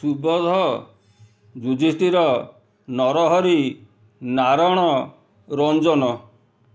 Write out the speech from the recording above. Subodh Yudhishthir Narahari Naran Ranjan